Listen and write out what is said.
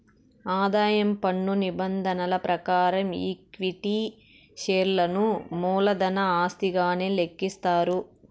ఆదాయం పన్ను నిబంధనల ప్రకారం ఈక్విటీ షేర్లను మూలధన ఆస్తిగానే లెక్కిస్తారు